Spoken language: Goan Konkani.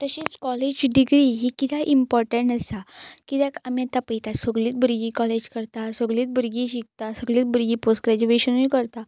तशेंच कॉलेज डिग्री ही कित्याक इम्पॉर्टंट आसा कित्याक आमी आतां पळयता सगळींच भुरगीं कॉलेज करता सगळींच भुरगीं शिकता सगळींच भुरगीं पोस्ट ग्रॅज्युएशनूय करता